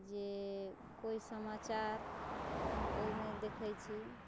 जे कोइ समाचार ओहिमे देखैत छी